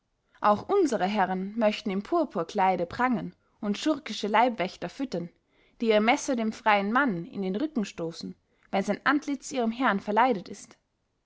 auch unsere herren möchten im purpurkleide prangen und schurkische leibwächter füttern die ihr messer dem freien mann in den rücken stoßen wenn sein antlitz ihrem herrn verleidet ist